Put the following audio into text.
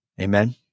Amen